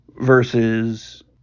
versus